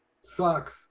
sucks